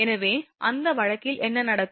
எனவே அந்த வழக்கில் என்ன நடக்கும்